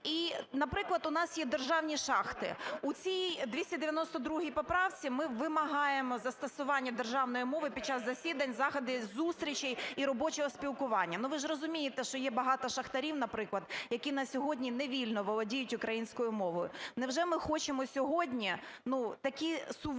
І, наприклад, у нас є державні шахти. У цій 292 поправці ми вимагаємо застосування державної мови під час засідань, заходів, зустрічей і робочого спілкування. Ну, ви ж розумієте, що є багато шахтарів, наприклад, які на сьогодні не вільно володіють українською мовою. Невже ми хочемо сьогодні, ну, такі суворі